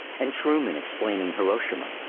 and truman explaining hiroshima.